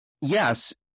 yes